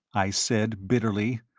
i said, bitterly,